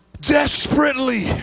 desperately